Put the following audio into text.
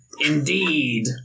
indeed